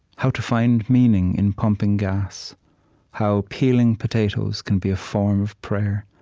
how to find meaning in pumping gas how peeling potatoes can be a form of prayer.